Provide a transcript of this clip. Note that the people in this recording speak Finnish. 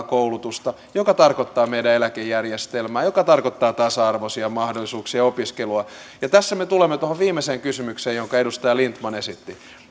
koulutusta joka tarkoittaa meidän eläkejärjestelmää joka tarkoittaa tasa arvoisia mahdollisuuksia ja opiskelua ja tässä me tulemme tuohon viimeiseen kysymykseen jonka edustaja lindtman esitti